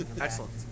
Excellent